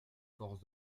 forces